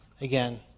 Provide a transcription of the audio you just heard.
again